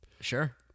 Sure